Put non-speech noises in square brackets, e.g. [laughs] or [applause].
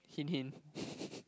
hint hint [laughs]